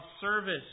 service